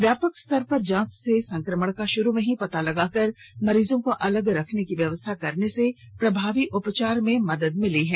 व्यापक स्तर पर जांच से संक्रमण का शुरू में ही पता लगाकर मरीजों को अलग रखने की व्यवस्था करने से प्रभावी उपचार में मदद मिली है